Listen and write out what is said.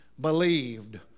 believed